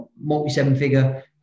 multi-seven-figure